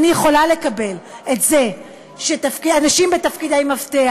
אני יכולה לקבל את זה שאנשים בתפקידי מפתח,